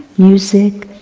music,